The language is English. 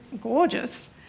gorgeous